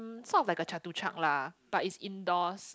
sort of like a Chatuchak lah but it's indoors